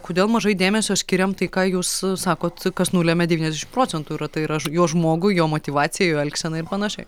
kodėl mažai dėmesio skiriam tai ką jūs sakot kas nulemia devyniasdešimt procentų yra tai yra jo žmogui jo motyvacijai elgsenai ir panašiai